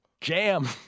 Jam